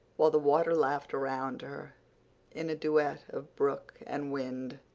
while the water laughed around her in a duet of brook and wind.